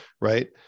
right